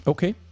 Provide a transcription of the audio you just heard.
Okay